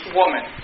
woman